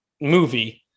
movie